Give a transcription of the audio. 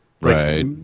Right